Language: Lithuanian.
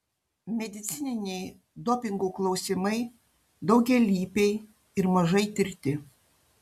medicininiai dopingų klausimai daugialypiai ir mažai tirti